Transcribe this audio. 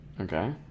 Okay